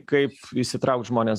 kaip įsitraukt žmonės